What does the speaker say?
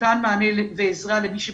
ונתן מענה ועזרה למי שנפגע.